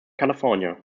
california